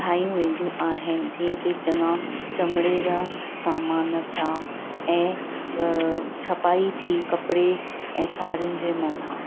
ठाहियूं वेंदियूं आहिनि जीअं की चंङा चमिड़े जा समान थिया ऐं छ्पाई थी कपिड़े ऐं साड़ियुनि जे मथां